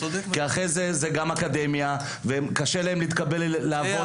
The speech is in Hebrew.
כי אחרי זה זה גם האקדמיה וקשה להם להתקבל לעבוד.